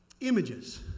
images